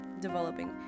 developing